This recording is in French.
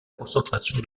concentration